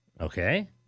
Okay